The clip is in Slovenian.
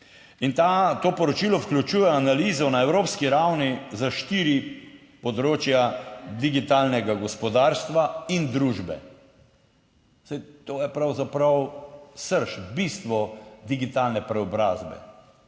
ta, to poročilo vključuje analizo na evropski ravni za štiri področja digitalnega gospodarstva in družbe. Saj to je pravzaprav srž, bistvo digitalne preobrazbe.